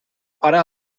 pare